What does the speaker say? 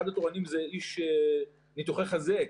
אחד התורנים זה איש ניתוחי חזה,